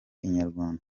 inyarwanda